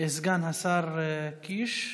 סגן השר קיש.